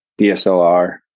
dslr